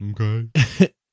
Okay